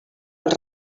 als